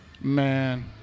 Man